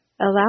allow